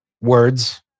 words